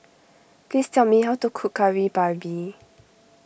please tell me how to cook Kari Babi